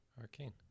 Arcane